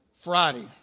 Friday